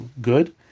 good